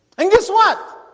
and guess what?